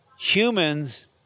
humans